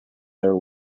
their